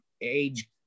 age